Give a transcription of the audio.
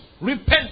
Repent